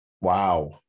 Wow